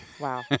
wow